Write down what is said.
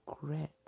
regret